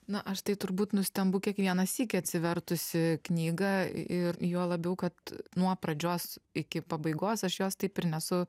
na aš tai turbūt nustembu kiekvieną sykį atsivertusi knygą ir juo labiau kad nuo pradžios iki pabaigos aš jos taip ir nesu